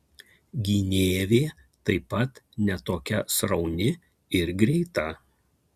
gynėvė taip pat ne tokia srauni ir greita